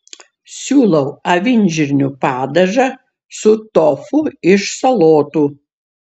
siūlau avinžirnių padažą su tofu iš salotų